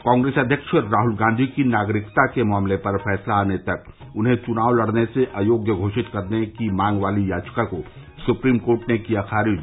कांग्रेस अध्यक्ष राहुल गांधी की नागरिकता के मामले पर फैसला आने तक उन्हें चुनाव लड़ने से अयोग्य घोषित करने की मांग वाली याचिका को सुप्रीम कोर्ट ने किया खारिज